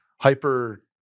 hyper